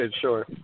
sure